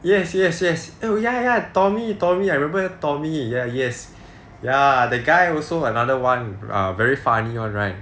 yes yes yes oh ya ya tommy tommy I remember tommy ya yes ya the guy also another one very funny [one] right